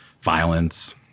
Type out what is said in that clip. violence